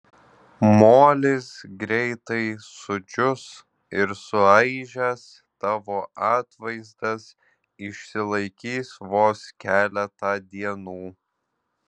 molis greitai sudžius ir suaižęs tavo atvaizdas išsilaikys vos keletą dienų